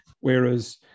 Whereas